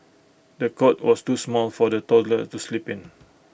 the cot was too small for the toddler to sleep in